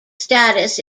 status